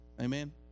Amen